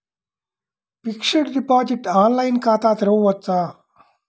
Fixed deposit online ఖాతా తెరువవచ్చా?